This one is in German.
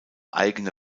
eigene